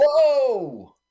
whoa